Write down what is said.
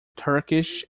turkish